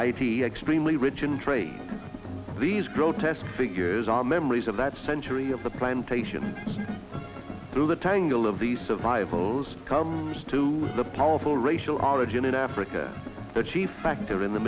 id extremely rich in trade these grotesque figures are memories of that century of the plantation through the tangle of the survivals comes to the powerful racial origin in africa that she factor in the